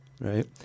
right